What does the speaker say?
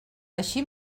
així